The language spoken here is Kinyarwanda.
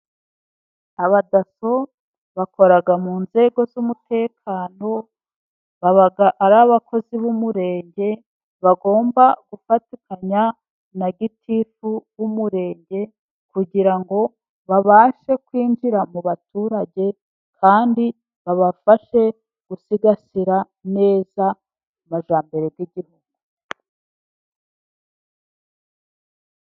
Abadaso bakora mu nzego z'umutekano, baba ari abakozi b'umurenge, bagomba gufatikanya na gitifu w'umurenge, kugira ngo babashe, kwinjira mu baturage kandi babafashe gusigasira neza, amajyambere y'igihugu.